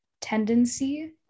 tendency